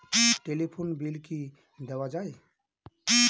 Telephone bill কি দেওয়া যায়?